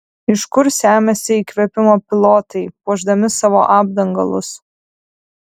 iš kur semiasi įkvėpimo pilotai puošdami savo apdangalus